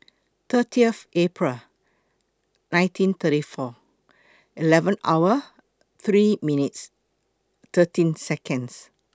thirtieth April nineteen thirty four eleven hour three minutes thirteen Seconds